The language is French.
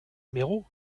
méraud